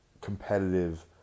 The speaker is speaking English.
competitive